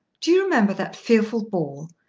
do you remember that fearful ball?